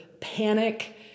panic